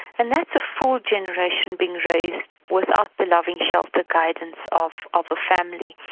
and that's a full generation being raised without the loving shelter guidance of of a family.